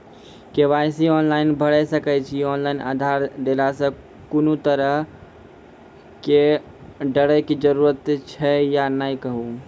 KYC online भैरि सकैत छी, ऑनलाइन आधार देलासॅ कुनू तरहक डरैक जरूरत छै या नै कहू?